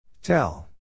Tell